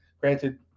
Granted